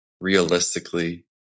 realistically